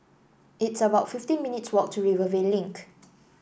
it's about fifteen minutes walk to Rivervale Link